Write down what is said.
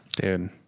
Dude